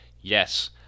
yes